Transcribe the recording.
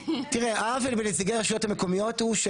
העוול בנציגי הרשויות המקומיות הוא ש